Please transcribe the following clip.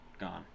Gone